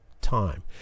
time